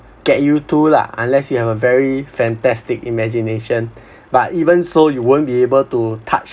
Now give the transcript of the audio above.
get you to lah unless you have a very fantastic imagination but even so you won't be able to touch